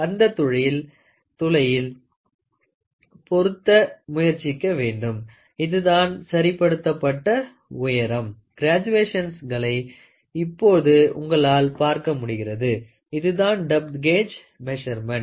அந்த துளையில் பொறுத்த முயற்சிக்க வேண்டும் இதுதான் சரிப்படுத்தப்பட்ட உயரம் கிராஜுவேஷன்ஸ்களை இப்போது உங்களால் பார்க்க முடிகிறது இதுதான் டெப்த் கேஜ் மெசர்மென்ட்